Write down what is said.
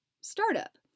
startup